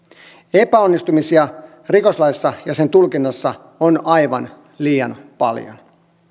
epäonnistumisia rikoslaissa ja sen tulkinnassa on aivan liian paljon